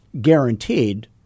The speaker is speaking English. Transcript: guaranteed